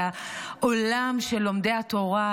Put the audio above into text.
על העולם של לומדי התורה,